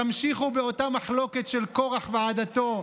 תמשיכו באותה מחלוקת של קרח ועדתו,